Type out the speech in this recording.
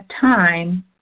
time